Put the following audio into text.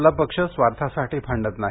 आपला पक्ष स्वार्थासाठी भांडत नाही